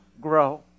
grow